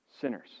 sinners